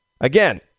again